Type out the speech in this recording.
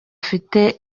afite